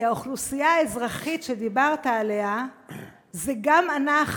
כי האוכלוסייה האזרחית שדיברת עליה זה גם אנחנו.